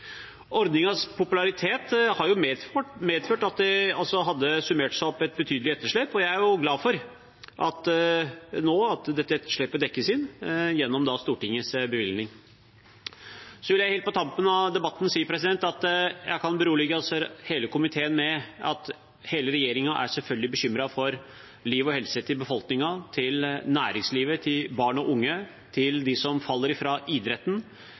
Ordningens popularitet har medført at det har summert seg opp et betydelig etterslep, og jeg er glad for at dette etterslepet nå dekkes inn gjennom Stortingets bevilgning. Så vil jeg helt på tampen av debatten si at jeg kan berolige komiteen med at hele regjeringen selvfølgelig er bekymret for befolkningens liv og helse, for næringslivet, for barn og unge, for dem som faller fra i idretten,